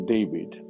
David